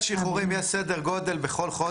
עם ועדת שחרורים יש סדר גודל בכל חודש,